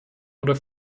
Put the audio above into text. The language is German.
oder